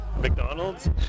McDonald's